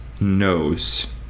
knows